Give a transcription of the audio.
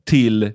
Till